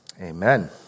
amen